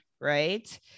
right